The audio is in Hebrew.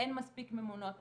אין מספיק ממונות,